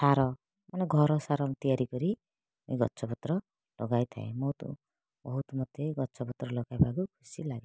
ସାରମାନେ ଘର ସାର ତିଆରି କରି ଗଛପତ୍ର ଲଗାଇଥାଏ ବହୁତ ବହୁତ ମୋତେ ଗଛପତ୍ର ଲଗେଇବାକୁ ଖୁସି ଲାଗେ